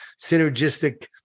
synergistic